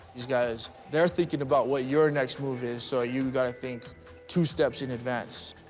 these guys, they're thinking about what your next move is, so you gotta think two steps in advance,